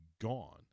gone